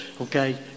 okay